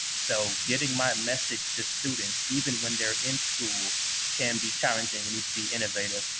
so, getting my message to students, even when they're in school can be challenging. i need to be innovative.